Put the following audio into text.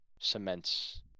cements